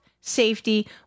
safety